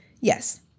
Yes